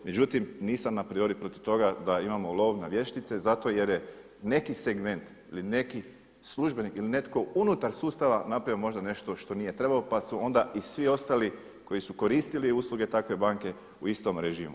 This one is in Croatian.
Međutim, nisam a priori protiv toga da imamo lov na vještice zato jer je neki segment ili neki službenik ili netko unutar sustava napravio možda nešto što nije trebao pa su onda i svi ostali koji su koristili usluge takve banke u istom režimu.